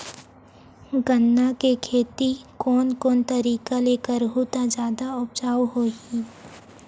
गन्ना के खेती कोन कोन तरीका ले करहु त जादा उपजाऊ होही?